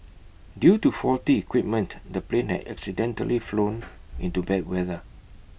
due to faulty equipment the plane had accidentally flown into bad weather